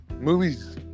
movies